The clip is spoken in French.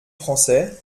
français